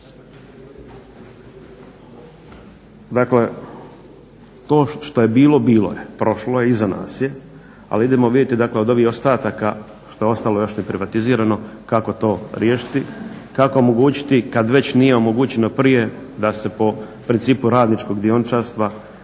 Dakle to što je bilo bilo je, prošlo je, iza nas je, ali idemo vidjeti od ovih ostataka što je ostalo još neprivatizirano kako to riješiti, kako omogućiti kad već nije omogućeno prije da se po principu radničkog dioničarstva